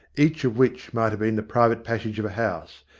each of which might have been the private passage of a house,